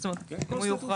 זאת אומרת, הוא יוכרז.